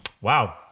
wow